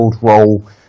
role